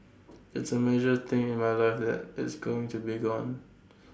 it's A major thing in my life that it's going to be gone